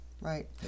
right